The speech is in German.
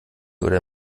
oder